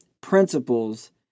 principles